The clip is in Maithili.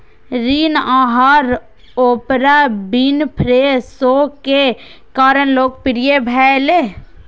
ऋण आहार ओपरा विनफ्रे शो के कारण लोकप्रिय भेलै